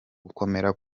gukomera